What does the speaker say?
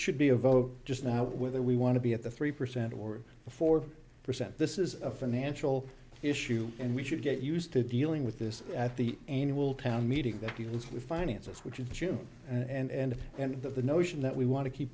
should be a vote just to whether we want to be at the three percent or four percent this is a financial issue and we should get used to dealing with this at the annual town meeting that deals with finances which is june and then the notion that we want to keep